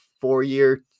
four-year